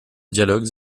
dialogues